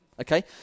Okay